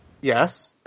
Yes